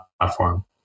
platform